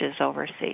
overseas